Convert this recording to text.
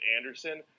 Anderson